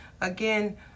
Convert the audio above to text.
Again